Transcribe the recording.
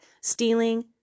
Stealing